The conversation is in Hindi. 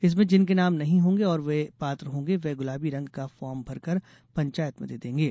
इसमें जिनके नाम नहीं होंगे और वो पात्र होंगे वे गुलाबी रंग का फार्म भरकर पंचायत में देंगे